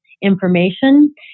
information